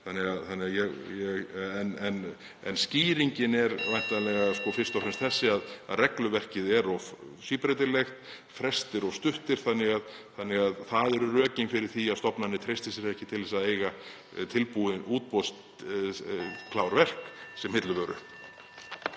En skýringin er væntanlega fyrst og fremst sú að regluverkið er of síbreytilegt, frestir of stuttir. Það eru rökin fyrir því að stofnanir treysta sér ekki til að eiga tilbúin útboð, klár verk sem hilluvöru.